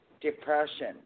depression